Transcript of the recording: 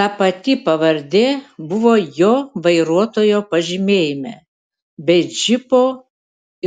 ta pati pavardė buvo jo vairuotojo pažymėjime bei džipo